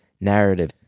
narrative